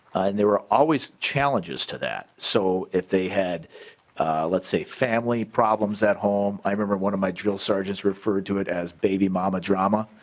there were always challenges to that so if they had let's say family problems at home i remember when my drill sergeants refer to it as mama drama.